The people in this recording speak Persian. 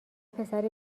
پسری